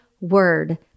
word